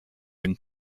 been